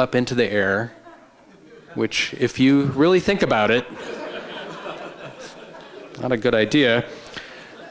up into the air which if you really think about it not a good idea